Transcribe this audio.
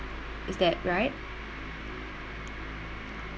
is that right